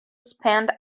spend